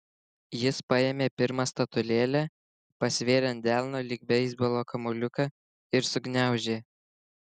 jis paėmė pirmą statulėlę pasvėrė ant delno lyg beisbolo kamuoliuką ir sugniaužė